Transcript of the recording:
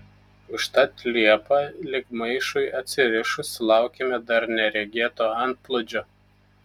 užtat liepą lyg maišui atsirišus sulaukėme dar neregėto antplūdžio